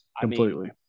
completely